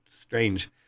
strange